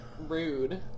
Rude